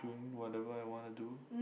doing whatever I wanna do